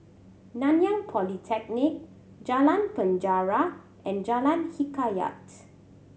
Nanyang Polytechnic Jalan Penjara and Jalan Hikayat